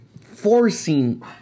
forcing